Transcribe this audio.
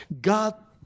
God